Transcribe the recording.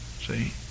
See